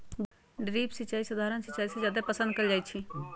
drip सिंचाई सधारण सिंचाई से जादे पसंद कएल जाई छई